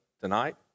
tonight